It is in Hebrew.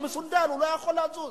הוא מסונדל, הוא לא יכול לזוז.